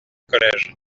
collège